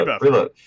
reload